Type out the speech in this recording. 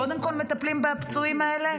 קודם כול לטפל בפצועים האלה?